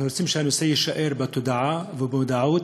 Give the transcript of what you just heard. אנחנו רוצים שהנושא יישאר בתודעה ובמודעות,